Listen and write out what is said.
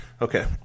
Okay